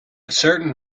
certain